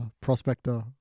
prospector